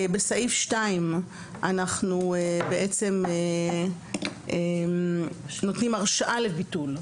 בסעיף 2 אנחנו בעצם נותנים הרשאה לביטול,